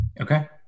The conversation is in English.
Okay